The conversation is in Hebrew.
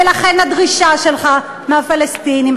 ולכן הדרישה שלך מהפלסטינים,